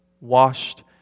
washed